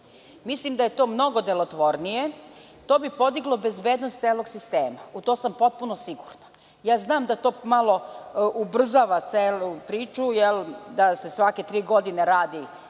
Mislim da je to mnogo delotvornije. To bi podiglo bezbednost celog sistema. U to sam potpuno sigurna. Znam da to malo ubrzava celu priču, da se svake tri godine radi